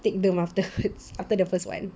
take them afterwards after the first [one]